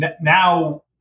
now